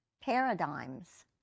paradigms